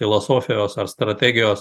filosofijos ar strategijos